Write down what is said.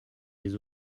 des